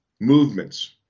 movements